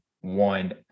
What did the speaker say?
one